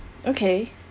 okay